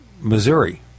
Missouri